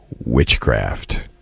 witchcraft